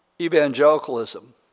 evangelicalism